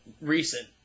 recent